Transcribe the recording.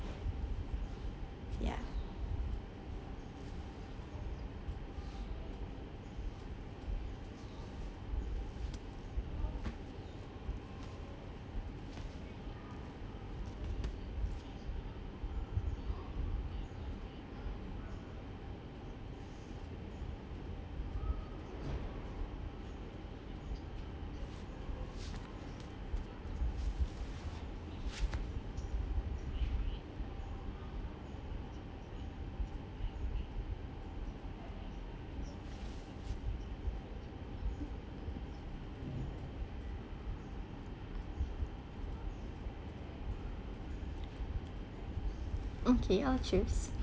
ya okay I'll choose